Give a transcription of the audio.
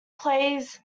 plays